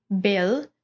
bill